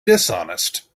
dishonest